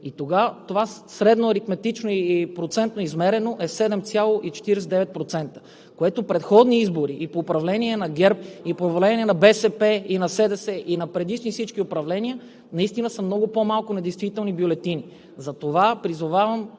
власт. Това средноаритметично и процентно измерено е 7,49%, което в предходни избори – и при управление на ГЕРБ, и при управление на БСП, и на СДС, и на всички предишни управления, наистина са много по-малко недействителните бюлетини. Затова призовавам